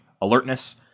alertness